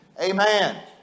Amen